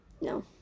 No